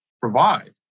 provide